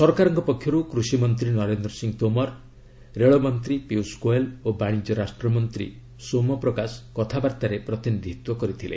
ସରକାରଙ୍କ ପକ୍ଷରୁ କୃଷିମନ୍ତ୍ରୀ ନରେନ୍ଦ୍ର ସିଂହ ତୋମାର ରେଳବାଇ ମନ୍ତ୍ରୀ ପୀୟୁଷ ଗୋଏଲ ଓ ବାଣିଜ୍ୟ ରାଷ୍ଟ୍ରମନ୍ତ୍ରୀ ସୋମପ୍ରକାଶ କଥାବାର୍ତ୍ତାରେ ପ୍ରତିନିଧିତ୍ୱ କରିଥିଲେ